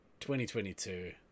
2022